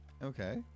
Okay